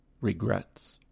regrets